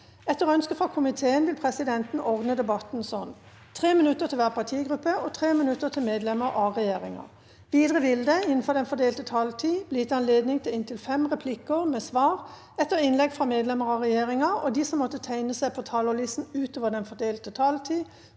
Etter ønske fra justiskomi- teen vil presidenten ordne debatten slik: 3 minutter til hver partigruppe og 3 minutter til medlemmer av regjeringa. Videre vil det – innenfor den fordelte taletid – bli gitt anledning til inntil fem replikker med svar etter innlegg fra medlemmer av regjeringa, og de som måtte tegne seg på talerlisten utover den fordelte taletid,